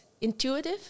intuitive